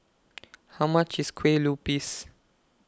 How much IS Kueh Lupis